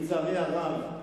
לצערי הרב,